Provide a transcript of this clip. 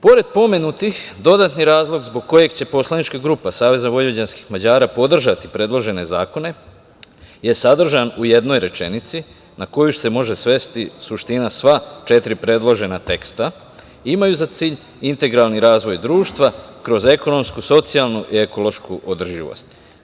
Pored pomenutih dodatni razlog zbog kojeg će poslanička grupa SVM podržati predložene zakone je sadržan u jednoj rečenici na koju se može svesti suština sva četiri predložena teksta, imaju za cilj integralni razvoj društva kroz ekonomsku, socijalnu i ekološku održivost.